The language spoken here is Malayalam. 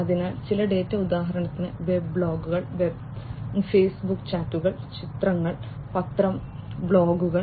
അതിനാൽ ചില ഡാറ്റ ഉദാഹരണത്തിന് വെബ് ബ്ലോഗുകൾ ഫേസ്ബുക്ക് ചാറ്റുകൾ ചിത്രങ്ങൾ പത്രം ബ്ലോഗുകൾ